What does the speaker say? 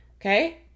okay